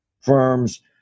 firms